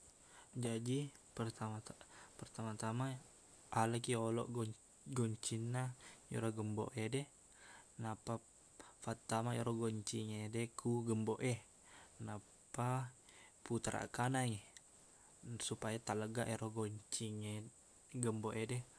Jaji pertama-ta- pertama-tama alakiq yoloq gon- goncinna iyero gembok ede nappa fattama ero goncingngede ku gembok e nappa putaraq kanangngi supaya talleggaq ero goncingnge- gembok ede